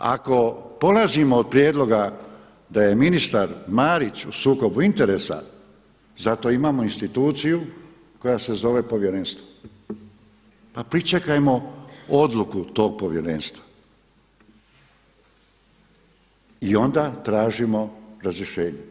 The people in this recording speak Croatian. Ako polazimo od prijedloga da je ministar Marić u sukobu interesa, zato imamo instituciju koja se zove povjerenstvo pa pričekajmo odluku tog povjerenstva i onda tražimo razrješenje.